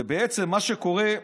ובעצם מה שקורה,